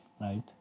right